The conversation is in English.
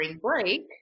break